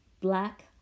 black